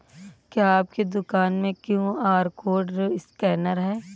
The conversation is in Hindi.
क्या आपके दुकान में क्यू.आर कोड स्कैनर है?